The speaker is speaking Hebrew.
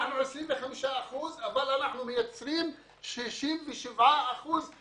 אנחנו 25 אחוזים אבל אנחנו מייצרים 67 אחוזים רציחות.